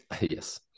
Yes